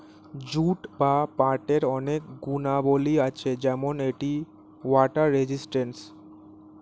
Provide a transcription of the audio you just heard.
jute বা পাটের অনেক গুণাবলী আছে যেমন এটি ওয়াটার রেজিস্ট্যান্স